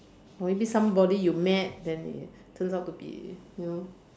or maybe somebody you met then it turns out to be you know